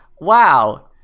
wow